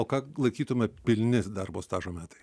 o ką laikytumėt pilni darbo stažo metai